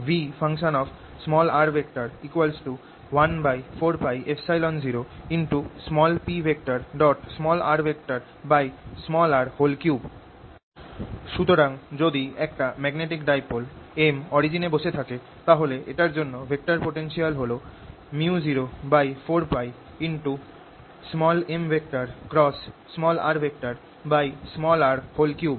V 14π0prr3 সুতরাং যদি একটা ম্যাগনেটিক ডাইপোল m অরিজিন এ বসে থাকে তাহলে এটার জন্য ভেক্টর পোটেনশিয়াল হল µ04π m × rr3